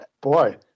Boy